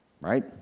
right